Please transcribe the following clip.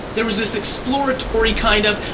there was this exploratory kind of,